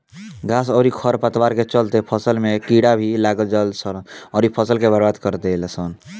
घास अउरी खर पतवार के चलते फसल में कीड़ा भी लाग जालसन अउरी फसल के बर्बाद कर देलसन